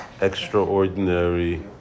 extraordinary